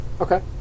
Okay